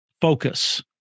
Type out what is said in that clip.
Focus